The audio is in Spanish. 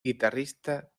guitarrista